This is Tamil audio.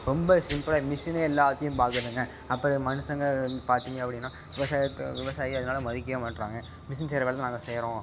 ரொம்ப சிம்புளாக மிஷினே எல்லாத்தேயும் பார்க்குதுங்க அப்பறம் மனுசங்க பார்த்திங்க அப்படின்னா விவசாயத்தை விவசாயி அதனால மதிக்கவே மாட்டுறாங்க மிஷின் செய்கிற வேலைதான் நாங்கள் செய்கிறோம்